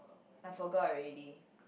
I forgot already